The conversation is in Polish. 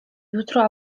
jutro